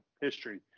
History